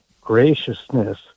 graciousness